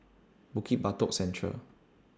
Bukit Batok Central